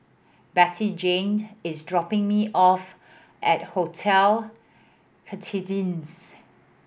Bettyjane is dropping me off at Hotel Citadines